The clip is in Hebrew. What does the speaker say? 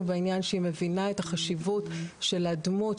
בעניין שהיא מבינה את החשיבות של הדמות,